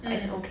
mm